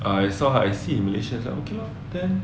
I saw her I_C malaysian so like okay lor then